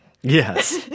Yes